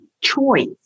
choice